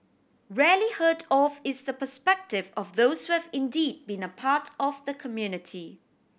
rarely heard of is the perspective of those who have indeed been a part of the community